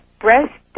breast